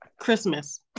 Christmas